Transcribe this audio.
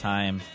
Time